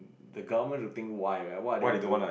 the government should think wide like what are they doing